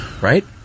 right